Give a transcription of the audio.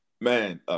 man